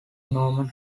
norman